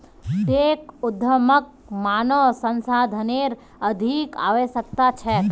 tech उद्यमक मानव संसाधनेर अधिक आवश्यकता छेक